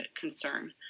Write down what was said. concern